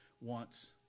wants